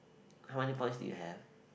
how many points did you have